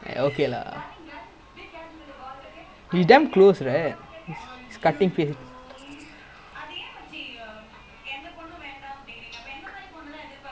tarum legit no choice like he like I wonder like அவன் வந்து:avan vanthu he trying his best to ban அந்த:antha two months like err skip meal because is legit damn sad if he go also lah